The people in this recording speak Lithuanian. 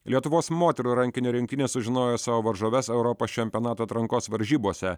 lietuvos moterų rankinio rinktinė sužinojo savo varžoves europos čempionato atrankos varžybose